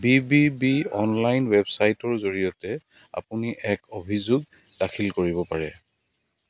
B B B online ৱেবছাইটৰ জৰিয়তে আপুনি এক অভিযোগ দাখিল কৰিব পাৰে